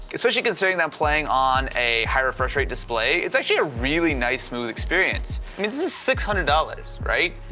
especially considering them playing on a higher refresh rate display it's actually a really nice smooth experience, i mean this is six hundred dollars, right?